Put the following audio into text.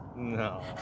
No